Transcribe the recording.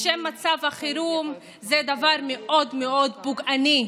בשם מצב החירום, זה דבר מאוד מאוד פוגעני,